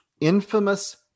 infamous